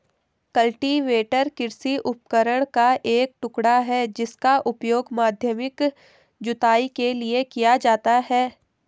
cultivator कृषि उपकरण का एक टुकड़ा है जिसका उपयोग माध्यमिक जुताई के लिए किया जाता है